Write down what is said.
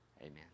amen